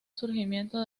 surgimiento